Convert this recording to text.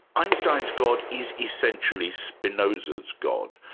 einstein's god is essentially spinoza's god.